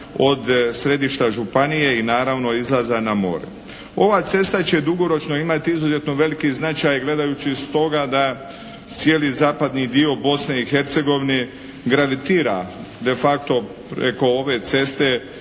od središta županije i naravno izlaza na more. Ova cesta će dugoročno imati izuzetno veliki značaj gledajući stoga da cijeli zapadni dio Bosne i Hercegovine gravitira de facto preko ove ceste